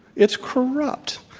it's corrupt.